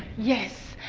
yes,